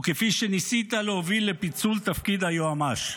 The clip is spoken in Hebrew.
וכפי שניסית להוביל לפיצול תפקיד היועמ"ש.